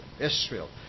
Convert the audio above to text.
Israel